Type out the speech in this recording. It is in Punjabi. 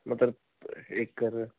ਮਤਲਵ ਏਕੜ